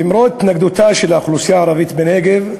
למרות התנגדותה של האוכלוסייה הערבית בנגב,